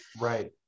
right